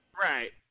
Right